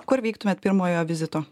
kur vyktumėt pirmojo vizito